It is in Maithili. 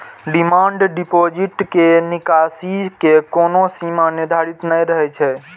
डिमांड डिपोजिट मे निकासी के कोनो सीमा निर्धारित नै रहै छै